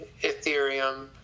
Ethereum